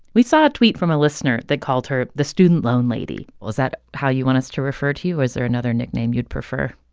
we saw a tweet from a listener that called her the student loan lady was that how you want us to refer to you, or is there another nickname you'd prefer?